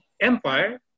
Empire